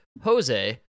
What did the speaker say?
Jose